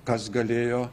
kas galėjo